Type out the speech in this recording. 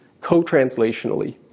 co-translationally